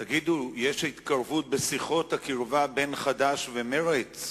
תגידו, יש התקרבות בשיחות הקרבה בין חד"ש למרצ?